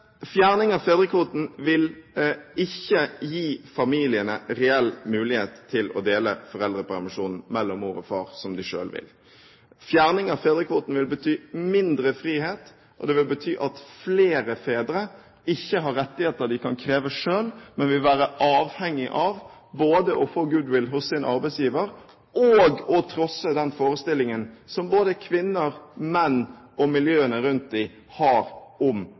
Fjerning av fedrekvoten vil ikke gi familiene reell mulighet til å dele foreldrepermisjonen mellom mor og far som de selv vil. Fjerning av fedrekvoten vil bety mindre frihet, og det vil bety at flere fedre ikke har rettigheter de kan kreve selv, men vil være avhengige av både å få goodwill hos sin arbeidsgiver og å trosse den forestillingen som både kvinner, menn og miljøene rundt dem har om